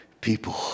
people